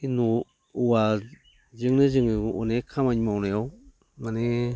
बे न' औवाजोंनो जोङो अनेक खामानि मावनायाव माने